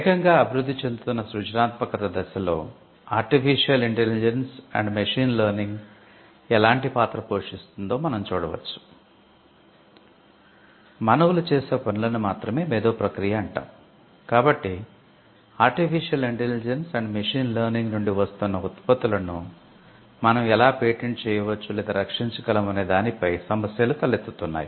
వేగంగా అభివృద్ధి చెందుతున్న సృజనాత్మకత దశలో artificial intelligence and machine learning నుండి వస్తున్న ఉత్పత్తులను మనం ఎలా పేటెంట్ చేయవచ్చు లేదా రక్షించగలం అనే దానిపై సమస్యలు తలెత్తుతున్నాయి